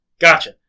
Gotcha